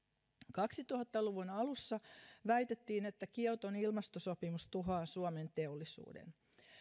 kaksituhatta luvun alussa väitettiin että kioton ilmastosopimus tuhoaa suomen teollisuuden